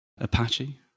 Apache